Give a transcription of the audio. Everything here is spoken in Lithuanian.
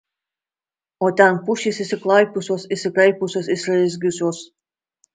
o ten pušys išsiklaipiusios išsikraipiusios išsiraizgiusios